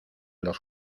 los